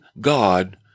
God